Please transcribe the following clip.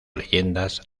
leyendas